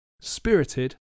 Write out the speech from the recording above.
spirited